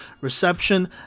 reception